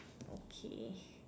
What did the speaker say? okay